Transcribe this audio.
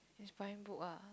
inspiring book ah